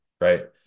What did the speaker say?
Right